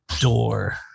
door